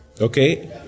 Okay